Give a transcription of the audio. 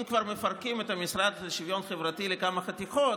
אם כבר מפרקים את המשרד לשוויון חברתי לכמה חתיכות,